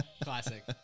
Classic